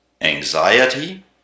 anxiety